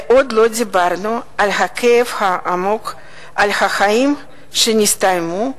ועוד לא דיברנו על הכאב העמוק על החיים שנסתיימו,